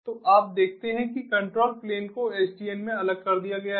तो आप देखते हैं कि कंट्रोल प्लेन को SDN में अलग कर दिया गया है